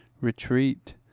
retreat